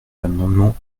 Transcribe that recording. l’amendement